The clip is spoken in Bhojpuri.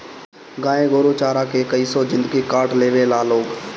गाय गोरु चारा के कइसो जिन्दगी काट लेवे ला लोग